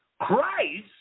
Christ